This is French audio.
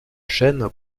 chaine